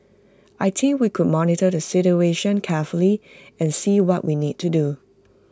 I team we could monitor the situation carefully and see what we need to do